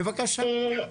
בבקשה.